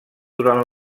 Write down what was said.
durant